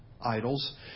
idols